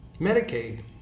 Medicaid